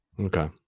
Okay